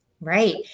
Right